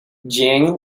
jiang